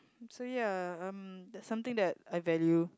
so ya um that something that I value